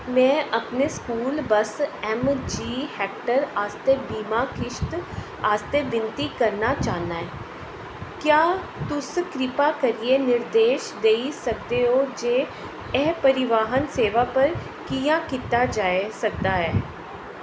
में अपने school bus M G Hector आस्तै बीमा किश्त आस्तै विनती करना चाह्न्नां क्या तुस किरपा करियै निर्देश देई सकदे ओ जे एह् परिवहन सेवा पर कि'यां कीता जाई सकदा ऐ